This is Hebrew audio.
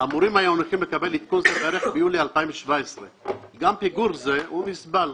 אמורים היו הנכים לקבל עדכון ביולי 2017. גם פיגור זה הוא נסבל,